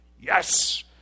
yes